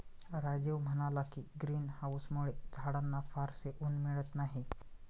राजीव म्हणाला की, ग्रीन हाउसमुळे झाडांना फारसे ऊन मिळत नाही